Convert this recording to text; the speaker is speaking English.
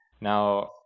Now